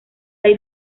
ley